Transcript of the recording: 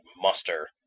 muster